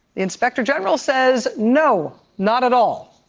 the inspector general says no. not at all.